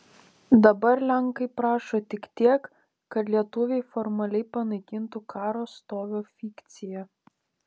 dabar lenkai prašo tik tiek kad lietuviai formaliai panaikintų karo stovio fikciją